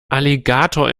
alligator